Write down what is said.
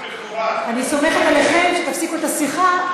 אני סומכת עליכם שתפסיקו את השיחה,